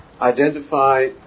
identify